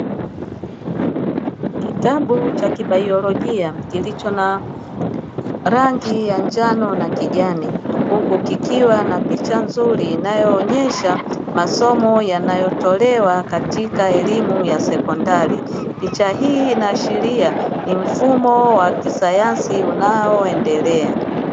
Kitabu cha kibaiolojia kilicho na rangi ya njano na kijani huku kikiwa na picha nzuri inayoonyesha masomo yanayotolewa katika elimu ya sekondari, picha hii inaashiri ni mfumo wa kisayansi unaoendelea.